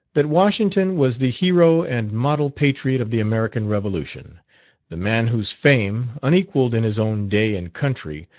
that washington was the hero and model patriot of the american revolution the man whose fame, unequalled in his own day and country,